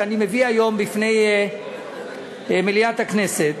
שאני מביא היום בפני מליאת הכנסת,